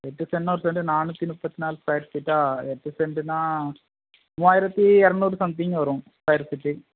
எட்டு செண்டுனா ஒரு செண்டு நானூற்றி முப்பத்தினாலு ஸ்கொயர் ஃபீட்டாக எட்டு செண்டுனா மூவாயிரத்தி இரநூறு சம்திங் வரும் ஸ்கொயர் ஃபீட்டு